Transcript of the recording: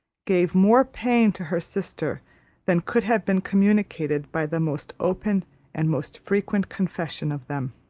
gave more pain to her sister than could have been communicated by the most open and most frequent confession of them.